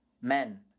men